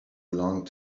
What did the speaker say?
long